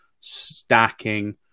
stacking